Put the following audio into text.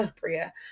bria